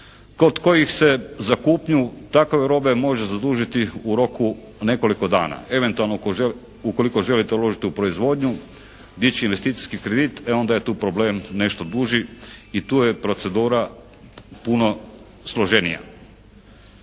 kod kojih se za kupnju takove robe može zadužiti u roku nekoliko dana. Eventualno ukoliko želite uložiti u proizvodnju, dići investicijski kredit, e onda je tu problem nešto duži i tu je procedura puno složenija.